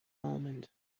almond